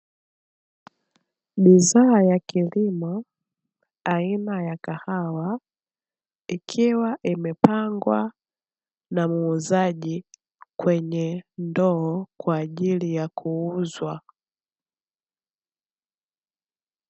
Bidhaa ya kilimo aina ya kahawa ikiwa imepangwa na muuzaji kwenye ndoo kwa ajili ya kuuzwa.